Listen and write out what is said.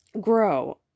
grow